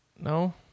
No